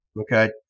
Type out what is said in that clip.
Okay